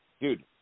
Dude